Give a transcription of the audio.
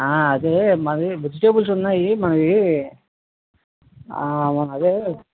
అదే మరి వెజిటబుల్స్ ఉన్నాయి మరి అదే